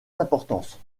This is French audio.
d’importance